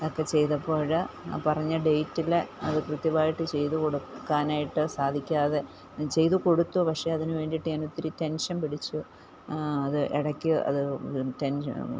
എക്ക ചെയ്തപ്പോള് ആ പറഞ്ഞ ഡേയ്റ്റില് അത് കൃത്യമായിട്ട് ചെയ്തുകൊടുക്കാനായിട്ട് സാധിക്കാതെ ചെയ്തുകൊടുത്തു പക്ഷേ അതിന് വേണ്ടിയിട്ട് ഞാനൊത്തിരി ടെൻഷൻ പിടിച്ചു അത് ഇടയ്ക്ക് അത് ടെൻഷൻ